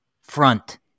front